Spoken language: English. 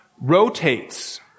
rotates